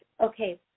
Okay